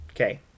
Okay